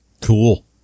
Cool